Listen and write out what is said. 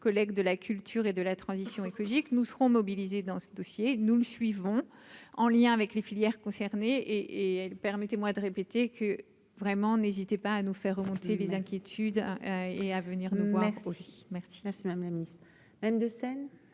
collègues de la culture et de la transition écologique, nous serons mobilisés dans ce dossier, nous le suivons, en lien avec les filières concernées et permettez-moi de répéter que, vraiment, n'hésitez pas à nous faire remonter les inquiétudes et à venir nous voir aussi. Je laisse Madame la Ministre, même de scène